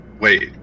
wait